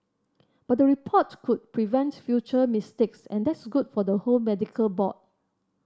but the report could prevent future mistakes and that's good for the whole medical board